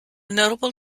notable